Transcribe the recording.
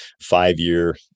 five-year